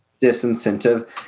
disincentive